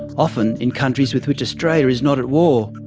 often in countries with which australia is not at war.